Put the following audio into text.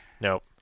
Nope